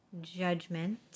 Judgment